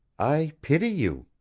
i pity you!